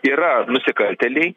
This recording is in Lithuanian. yra nusikaltėliai